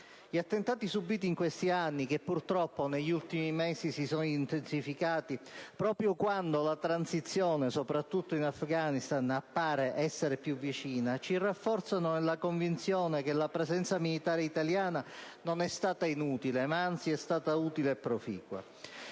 Gli attentati subiti in questi anni, che purtroppo negli ultimi mesi si sono intensificati proprio quando la transizione, soprattutto in Afghanistan, appare più vicina, ci rafforzano nella convinzione che la presenza militare italiana non è stata inutile, ma anzi è stata utile e proficua.